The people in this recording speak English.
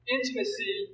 Intimacy